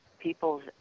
people's